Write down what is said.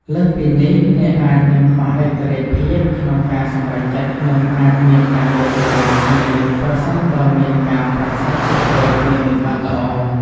លើសពីនេះ អ្នកអាចនឹងខ្វះឯករាជ្យភាពក្នុងការសម្រេចចិត្ត និងអាចមានការយល់ច្រឡំគ្នា ប្រសិនបើមានការប្រាស្រ័យទាក់ទងគ្នាមិនបានល្អ។